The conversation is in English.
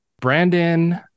Brandon